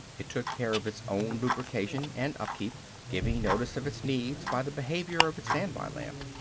it took care of its own lubrication and upkeep giving notice of its needs by the behavior of its standby-lamp.